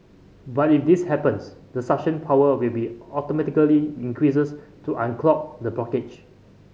but if this happens the suction power will be automatically increased to unclog the blockage